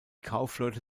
kaufleute